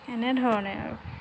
এনেধৰণে আৰু